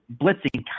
blitzing